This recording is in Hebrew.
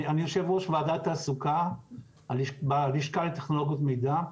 אני יו"ר ועדת תעסוקה בלשכה לטכנולוגיות מידע,